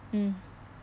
mm